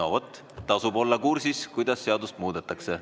No vot, tasub olla kursis, kuidas seadust muudetakse.